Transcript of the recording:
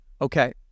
Okay